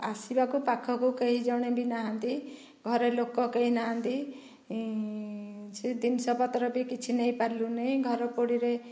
ଆସିବାକୁ ପାଖକୁ କେହି ଜଣେ ବି ନାହାଁନ୍ତି ଘରେ ଲୋକ କେହି ନାହାଁନ୍ତି ସେ ଜିନିଷପତ୍ର ବି କିଛି ନେଇପାରିଲୁ ନାହିଁ ଘରପୋଡ଼ିରେ